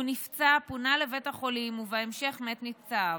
הוא נפצע, פונה לבית חולים, ובהמשך מת מפצעיו.